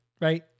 right